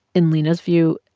in lina's view,